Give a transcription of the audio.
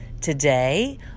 today